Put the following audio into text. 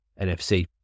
NFC